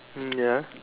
mm ya